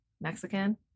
Mexican